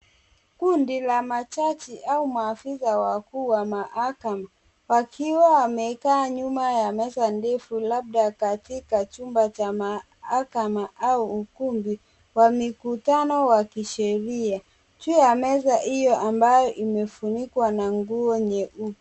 Kundi la majaji au maafisa wakuu wa mahakama, wakiwa wamekaa chuma ya meza ndefu labda katika chumba cha mahakama au ukumbi wa mikutano wa kisheria, juu ya meza hiyo ambayo imefunikwa nguo nyeupe.